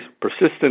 persistent